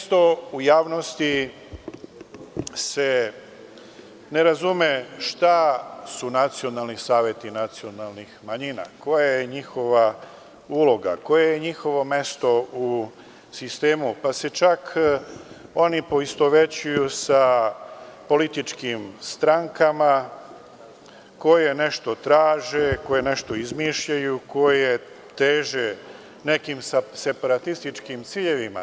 Često se u javnosti ne razume šta su nacionalni saveti nacionalnih manjina, koja je njihova uloga, koje je njihovo mesto u sistemu, pa se čak oni poistovećuju sa političkim strankama koje nešto traže, koje nešto izmišljaju, koje teže nekim separatističkim ciljevima.